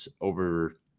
over